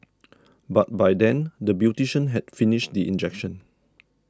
but by then the beautician had finished the injection